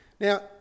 Now